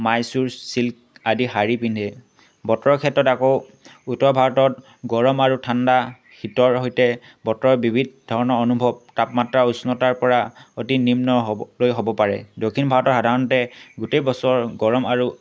Mysore silk আদি শাৰী পিন্ধে বতৰৰ ক্ষেত্ৰত আকৌ উত্তৰ ভাৰতত গৰম আৰু ঠাণ্ডা শীতৰ সৈতে বতৰৰ বিবিধ ধৰণৰ অনুভৱ তাপমাত্ৰা উষ্ণতাৰ পৰা অতি নিম্ন হ'বলৈ হ'ব পাৰে দক্ষিণ ভাৰতৰ সাধাৰণতে গোটেই বছৰ গৰম আৰু